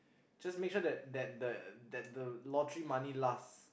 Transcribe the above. just make sure that that the the that the lottery money lasts